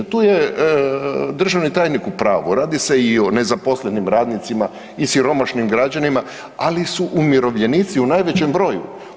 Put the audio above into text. Tu je državni tajnik u pravu, radi se i o nezaposlenim radnicima i siromašnim građanima ali su umirovljenici u najvećem broju.